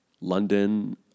London